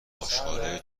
آشغالای